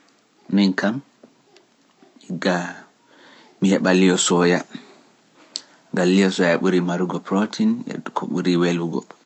Min kam, iga mi heɓa liyo soya, gila liyo soya ɓuri marrugo protein, ko ɓuri welugo.